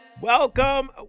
Welcome